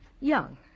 Young